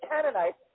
Canaanites